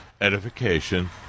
edification